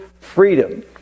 freedom